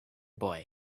boy